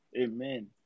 amen